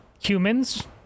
humans